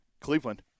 Cleveland